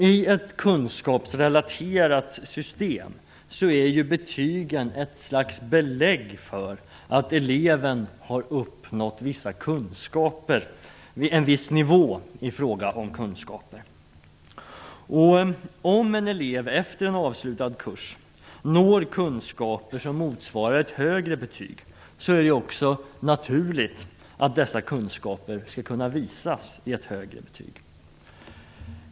I ett kunskapsrelaterat system är betygen ett belägg för att eleven uppnått en viss nivå i fråga om kunskaper. Om en elev efter en avslutad kurs når kunskaper som motsvarar ett högre betyg är det också naturligt att det skall kunna visas i ett högre betyg.